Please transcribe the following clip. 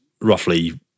roughly